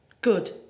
Good